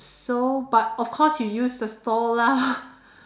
so but of course he used the stall lah